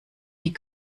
die